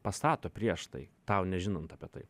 pastato prieš tai tau nežinant apie tai